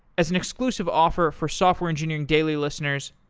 as an inclusive offer for software engineering daily listeners,